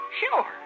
Sure